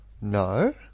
no